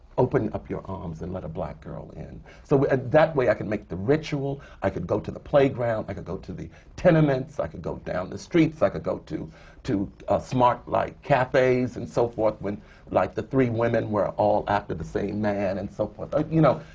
open up your arms and let a black girl in. so that way, i could make the ritual, i could go to the playground, i could go to the tenements, i could go down the streets, i could go to to ah smart, like, cafes and so forth. like the three women were all after the same man and so forth. you know,